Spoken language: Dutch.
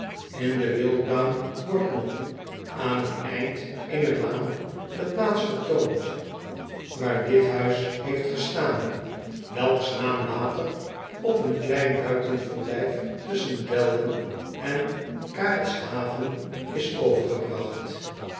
n de wildbaan wordt nog aan t eind eener laan de plaats getoond waar dit huis acobus raandijk andelingen door ederland met pen en potlood eel heeft gestaan welks naam later op een klein buitenverblijf tusschen elden en arelskaven is overgebragt